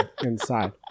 inside